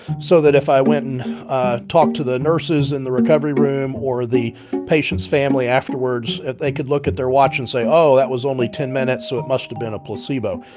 so that if i went and talked to the nurses in the recovery room or the patient's family afterwards, they could look at their watch and say, oh, that was only ten minutes, so it must have been a placebo.